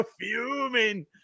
fuming